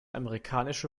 amerikanische